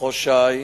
מחוז ש"י,